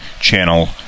channel